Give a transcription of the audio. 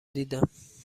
دیدم